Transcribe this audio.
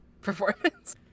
performance